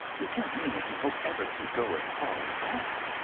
you can't mean that you hope ever to go as far as that?